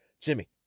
Jimmy